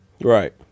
Right